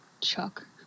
Chuck